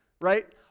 Right